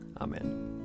Amen